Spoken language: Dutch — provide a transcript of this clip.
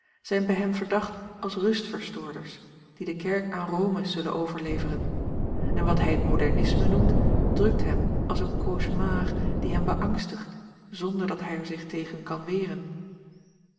zijn bij hem verdacht als rustverstoorders die de kerk aan rome zullen overleveren en wat hij het modernisme noemt drukt hem als een cauchemar die hem beangstigt zonder dat hij er zich tegen kan weren